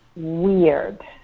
Weird